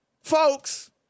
Folks